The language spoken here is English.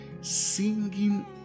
singing